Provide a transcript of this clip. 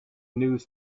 news